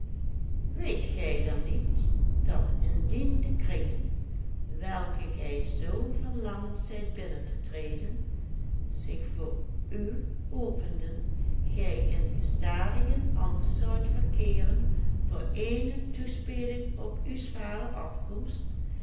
weet gij dan niet dat indien de kringen welke gij zoo verlangend zijt binnen te treden zich voor u openden gij in gestadigen angst zoudt verkeeren voor eene toespeling op uws vaders afkomst